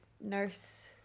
nurse